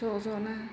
ज' जनो